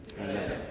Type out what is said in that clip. Amen